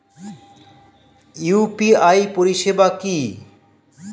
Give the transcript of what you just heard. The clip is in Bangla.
ইউ.পি.আই পরিষেবা কি?